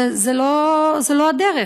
זו לא הדרך.